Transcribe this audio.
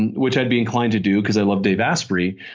and which i'd be inclined to do because i love dave asprey,